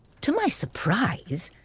to my surprise,